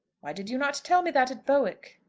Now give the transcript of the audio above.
why did you not tell me that at bowick?